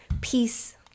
peace